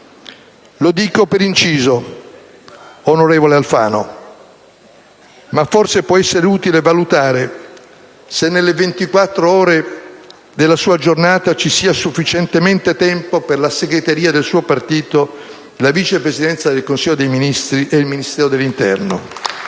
Lo dico per inciso, onorevole Alfano. Ma forse può essere utile valutare se, nelle ventiquattr'ore della sua giornata, ci sia sufficientemente tempo per la segreteria del suo partito, la Vice Presidenza del Consiglio dei ministri e il Ministero dell'interno.